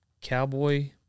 cowboy